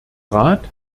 rat